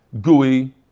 gooey